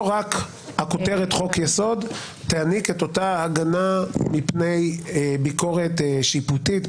רק הכותרת חוק יסוד תעניק את אותה הגנה מפני ביקורת שיפוטית,